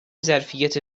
ظرفیت